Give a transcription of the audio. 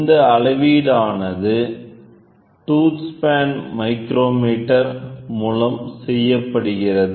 இந்த அளவீடானது tooth span micrometer மூலம் செய்யப்படுகிறது